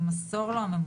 ) חזרנו לדיון.